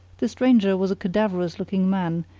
the stranger was a cadaverous-looking man,